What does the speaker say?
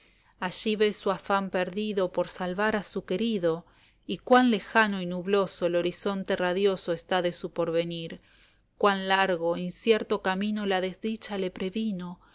allí ve su afán perdido por salvar a su querido y cuan lejano y nubloso el horizonte radioso está de su porvenir cuan largo incierto camino la desdicha le previno